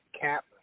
Cap